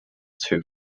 too